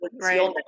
right